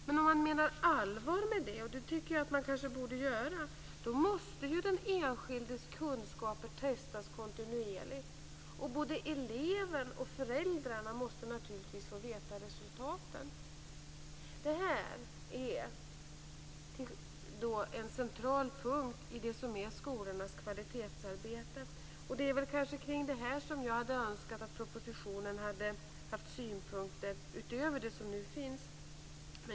Men om man menar allvar med detta - och det tycker jag att man borde göra - måste den enskildes kunskaper testas kontinuerligt. Både eleven och föräldrarna måste naturligtvis få veta resultaten. Detta är en central punkt i det som är skolornas kvalitetsarbete. Det är just kring detta som jag önskar att det hade funnits synpunkter i propositionen utöver dem som nu finns.